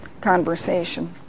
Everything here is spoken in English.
conversation